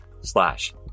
slash